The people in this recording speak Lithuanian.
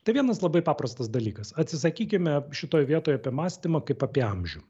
tai vienas labai paprastas dalykas atsisakykime šitoj vietoj apie mąstymą kaip apie amžių